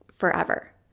forever